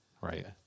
Right